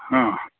हां